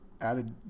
added